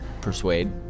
Persuade